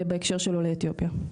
בהקשר של עולי אתיופיה.